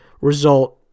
result